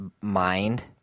mind